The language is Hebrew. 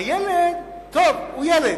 הילד, טוב, הוא ילד.